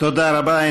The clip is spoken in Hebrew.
תודה רבה.